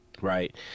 right